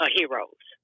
heroes